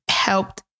helped